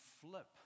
flip